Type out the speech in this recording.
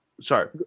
sorry